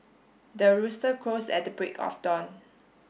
the rooster crows at the break of dawn